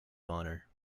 honor